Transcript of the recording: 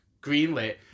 greenlit